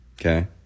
Okay